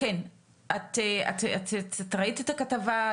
את ראית את הכתבה?